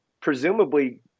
presumably